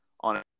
on